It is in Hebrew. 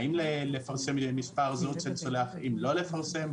האם לפרסם מספר זהות של שולח, האם לא לפרסם.